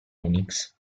unix